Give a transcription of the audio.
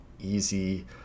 easy